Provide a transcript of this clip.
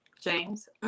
James